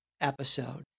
episode